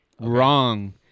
Wrong